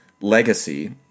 legacy